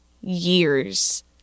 years